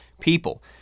people